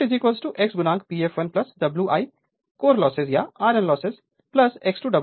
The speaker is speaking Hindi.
Refer Slide Time 2153 तो input x P fl Wi core loss या आयरन लॉस X2 Wc है